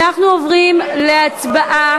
אנחנו עוברים להצבעה.